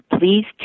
Please